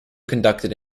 conducted